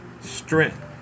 strength